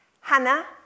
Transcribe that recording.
Hannah